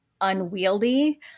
unwieldy